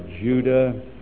Judah